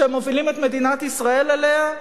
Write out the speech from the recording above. שהם מובילים את מדינת ישראל אליה,